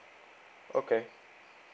okay